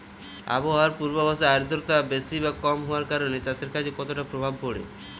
আবহাওয়ার পূর্বাভাসে আর্দ্রতা বেশি বা কম হওয়ার কারণে চাষের কাজে কতটা প্রভাব পড়ে?